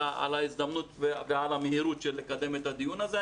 על ההזדמנות ועל המהירות לקדם את הדיון הזה.